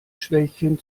schwächen